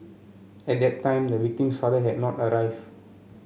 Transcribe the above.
at that time the victim's father had not arrived